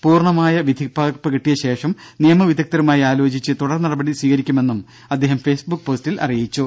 പൂർണമായ വിധിപകർപ്പ് കിട്ടിയ ശേഷം നിയമവിദഗ്ധരുമായി ആലോചിച്ച് തുടർനടപടികൾ സ്വീകരിക്കുമെ ന്നും അദ്ദേഹം ഫെയ്സ് ബുക്ക് പോസ്റ്റിൽ അറിയിച്ചു